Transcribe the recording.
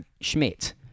Schmidt